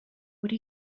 would